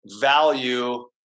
value